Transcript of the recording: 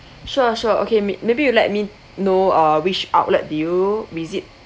sure sure okay may~ maybe you let me know uh which outlet did you visit